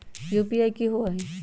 UPI कि होअ हई?